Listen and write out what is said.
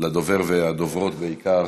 לדובר ולדוברים, בעיקר,